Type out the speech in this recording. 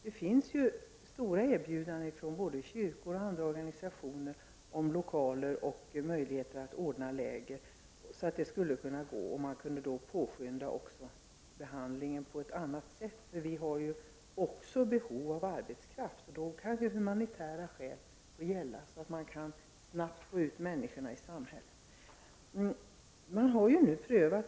Det finns erbjudanden från både kyrkor och andra organisationer om lokaler och möjligheter att anordna läger. Man skulle då också kunna påskynda behandlingen. Vi har ju också behov av arbetskraft. Då skulle humanitära skäl kunna få gälla, så att människorna snabbt kan komma ut i samhället.